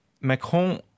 Macron